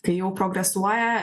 kai jau progresuoja